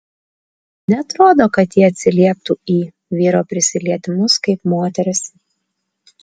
neatrodo kad ji atsilieptų į vyro prisilietimus kaip moteris